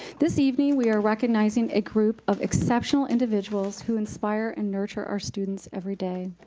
this evening, we are recognizing a group of exceptional individuals who inspire and nurture our students every day.